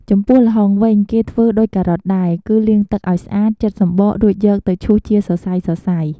ចំពោះល្ហុងវិញ គេធ្វើដូចការ៉ុតដែរ គឺលាងទឹកឱ្យស្អាត ចិតសំបក រួចយកទៅឈូសជាសរសៃៗ។